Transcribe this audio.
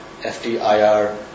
FTIR